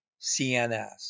CNS